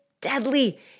deadly